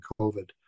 COVID